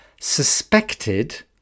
Suspected